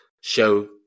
show